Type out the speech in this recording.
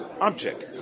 object